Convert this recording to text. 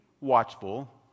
watchful